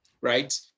right